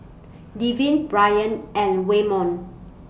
Devyn Bryant and Waymon